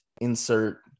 insert